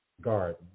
Garden